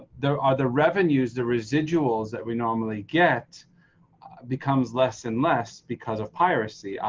there are other revenues, the residuals that we normally get becomes less than less because of piracy,